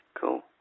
cool